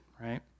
right